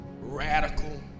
radical